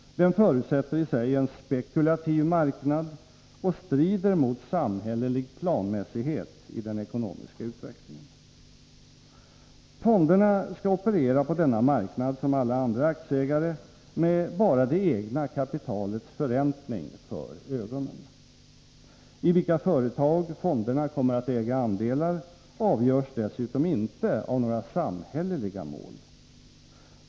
Den förutsätter i sig en spekulativ marknad och strider mot samhällelig planmässighet i den ekonomiska utvecklingen. Fonderna skall operera på denna marknad som alla andra aktieägare med bara det egna kapitalets förräntning för ögonen. I vilka företag fonderna kommer att äga andelar avgörs dessutom inte av några samhälleliga mål.